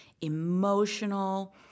emotional